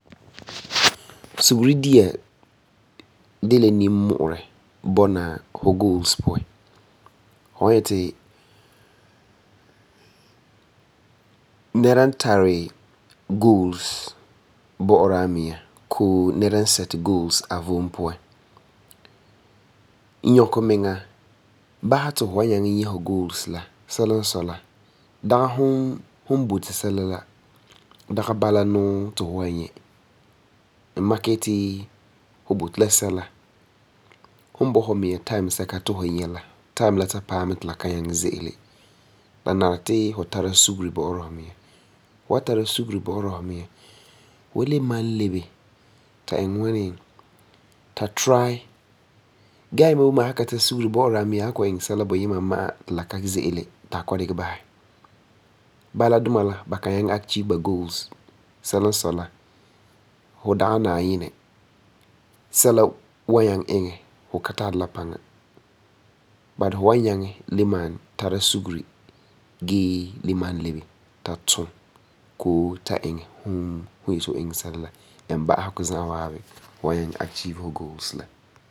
Sugeri dia de la nimmu'urɛ bɔna fu goals puan. Fu wa nyɛ ti nɛra n tari goals bo'ora a miŋa koo nɛra a set goals a vom puan, nyɔkɛ miŋa basɛ ti fu nyɛ fu goals la. Sɛla n sɔi la, dagi fu boti sɛla la, dagi bala nuu ti fu wa nyɛ. Gee ayima boi mɛ a san ka tara sugeri bo'ora a miŋa, a san kɔ'ɔm iŋɛ sɛla buyina ma'a ti la ka ze'ele ti a kɔ'ɔm dikɛ basɛ. But fu wa nyaŋɛ le maam tara sugeri gee le maam lebe ta tum koo ta iŋɛ fu n yeti fu iŋɛ sɛla la and ba'asegɔ za'a waabi fu wan nyaŋɛ achieve fu goals la.